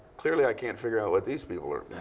clearly, i can't figure out what these people are